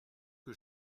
que